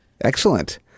Excellent